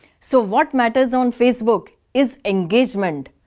so what matters on facebook is engagement.